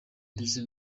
ndetse